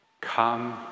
Come